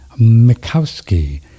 Mikowski